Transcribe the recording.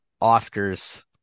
oscars